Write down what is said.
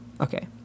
Okay